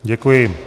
Děkuji.